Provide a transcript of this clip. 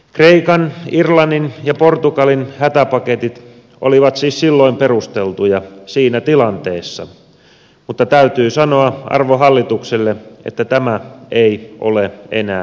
kreikan irlannin ja portugalin hätäpaketit olivat siis silloin perusteltuja siinä tilanteessa mutta täytyy sanoa arvon hallitukselle että tämä ei ole enää sitä